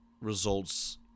results